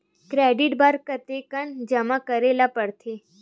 Credit बर कतेकन जमा करे ल पड़थे?